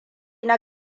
na